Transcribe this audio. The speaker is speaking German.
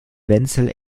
wenzel